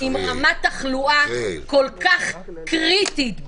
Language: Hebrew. ברמת תחלואה כל כך קריטית,